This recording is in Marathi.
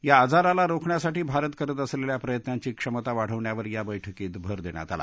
या आजाराला रोखण्यासाठी भारत करत असलल्या प्रयत्नांची क्षमता वाढवण्यावर या बैठकीत भर दख्वात आला